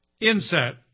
inset